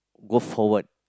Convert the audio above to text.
go forward